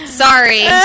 Sorry